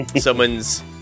Someone's